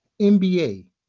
NBA